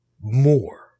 more